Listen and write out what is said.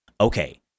Okay